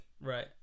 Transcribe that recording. Right